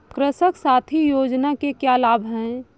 कृषक साथी योजना के क्या लाभ हैं?